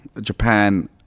Japan